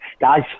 guys